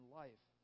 life